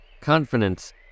Confidence